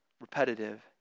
repetitive